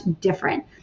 different